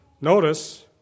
Notice